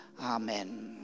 Amen